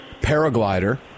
paraglider